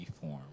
form